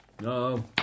No